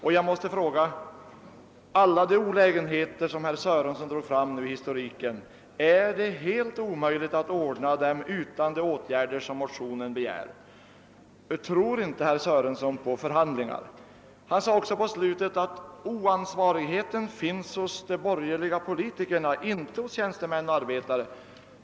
Och jag måste fråga: Är det helt omöjligt att undanröja alla de olägenheter, som herr Sörenson förde fram i sin historik, utan att vidtaga de åtgärder som begärs i motionerna? Tror inte herr Sörenson på förhandlingar? I slutet av sitt anförande sade herr Sörenson att oansvarigheten finns hos de borgerliga politikerna, inte hos tjänstemän och arbetare.